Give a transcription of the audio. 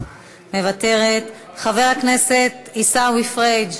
מוותרת, חבר הכנסת עיסאווי פריג'